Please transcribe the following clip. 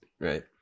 Right